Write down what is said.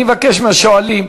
אני מבקש מהשואלים,